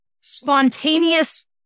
spontaneous